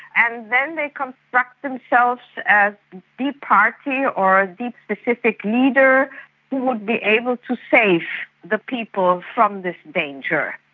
and then they construct themselves as the party or the specific leader who would be able to save the people from this danger.